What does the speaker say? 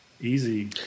easy